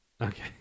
Okay